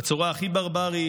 בצורה הכי ברברית,